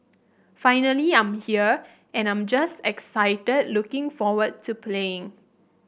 finally I'm here and I'm just excited looking forward to playing